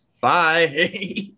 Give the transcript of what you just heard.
Bye